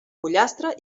pollastre